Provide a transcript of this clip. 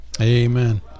Amen